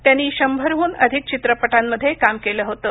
त्यांनी शंभरहून अधिक चित्रपटांमध्ये काम केलं होतं